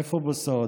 איפה בוסו?